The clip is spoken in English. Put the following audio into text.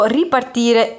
ripartire